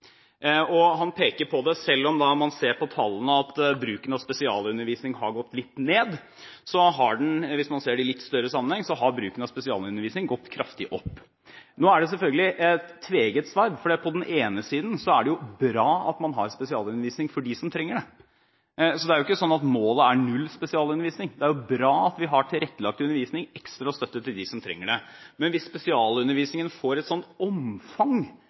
Han peker på det. Selv om man ser på tallene at bruken av spesialundervisning har gått litt ned, har bruken av spesialundervisning gått kraftig opp, hvis man ser det i en litt større sammenheng. Nå er det selvfølgelig et tveegget sverd, fordi på den ene siden er det bra at man har spesialundervisning for dem som trenger det – det er jo ikke slik at målet er null spesialundervisning; det er bra at vi har tilrettelagt undervisning og ekstra støtte til dem som trenger det – men hvis spesialundervisningen på den andre siden får et slikt omfang